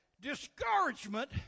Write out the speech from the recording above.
Discouragement